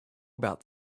about